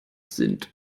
sind